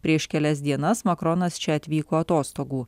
prieš kelias dienas makronas čia atvyko atostogų